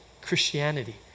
Christianity